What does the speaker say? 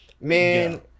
man